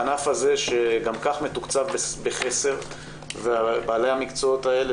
הענף הזה שגם כך מתוקצב בחסר ובעלי המקצועות האלה